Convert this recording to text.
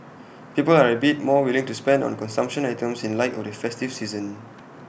people are A bit more willing to spend on consumption items in light of the festive season